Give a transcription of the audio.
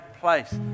place